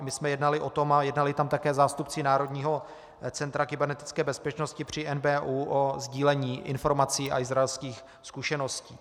My jsme jednali o tom, a jednali tam také zástupci Národního centra kybernetické bezpečnosti při NBÚ, o sdílení informací a izraelských zkušeností.